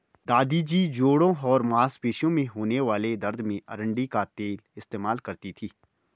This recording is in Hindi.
दादी जी जोड़ों और मांसपेशियों में होने वाले दर्द में अरंडी का तेल इस्तेमाल करती थीं